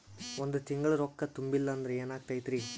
ಒಂದ ತಿಂಗಳ ರೊಕ್ಕ ತುಂಬಿಲ್ಲ ಅಂದ್ರ ಎನಾಗತೈತ್ರಿ?